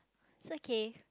it's okay